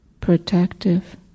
protective